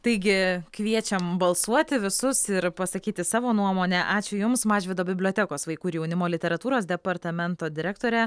taigi kviečiam balsuoti visus ir pasakyti savo nuomonę ačiū jums mažvydo bibliotekos vaikų ir jaunimo literatūros departamento direktorė